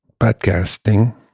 podcasting